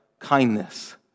Kindness